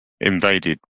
invaded